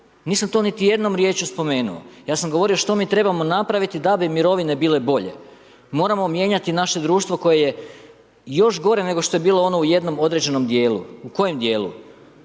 nisam to niti jednom riječju spomenuo, ja sam govorio što mi trebamo napraviti da bi mirovine bile bolje. Moramo mijenjati naše društvo koje je još gore nego što je bilo ono u jednom određenom djelu. U kojem djelu?